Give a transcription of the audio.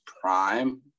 prime